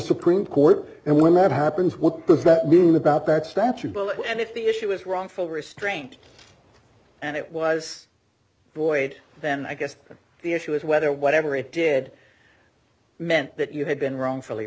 supreme court and when that happens what does that mean about that statute and if the issue is wrongful restraint and it was void then i guess the issue is whether whatever it did meant that you had been wrongfully